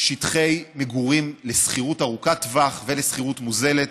שטחי מגורים לשכירות ארוכת טווח ולשכירות מוזלת,